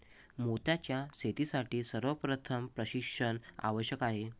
मोत्यांच्या शेतीसाठी सर्वप्रथम प्रशिक्षण आवश्यक आहे